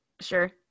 sure